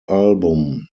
album